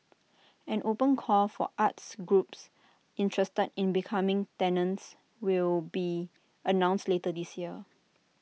an open call for arts groups interested in becoming tenants will be announced later this year